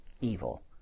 evil